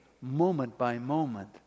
moment-by-moment